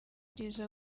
byiza